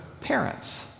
parents